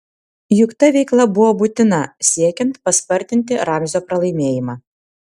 juk ta veikla buvo būtina siekiant paspartinti ramzio pralaimėjimą